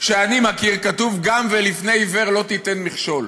שאני מכיר כתוב גם: ולפני עיוור לא תיתן מכשול.